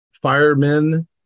Firemen